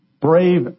brave